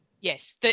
Yes